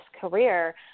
career